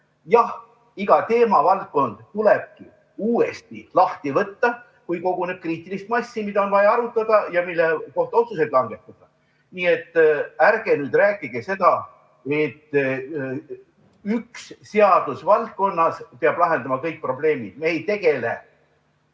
Jah, iga teemavaldkond tulebki uuesti lahti võtta, kui koguneb kriitilist massi, mida on vaja arutada ja mille kohta otsuseid langetada. Nii et ärge nüüd rääkige seda, et üks seadus peab valdkonnas lahendama kõik probleemid. Me ei tegele